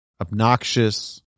Obnoxious